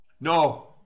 No